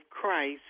Christ